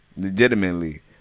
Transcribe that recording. Legitimately